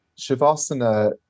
shavasana